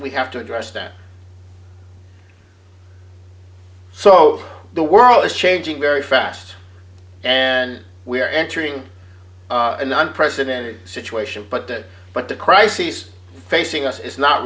we have to address that so the world is changing very fast and we are entering an unprecedented situation but that but the crises facing us is not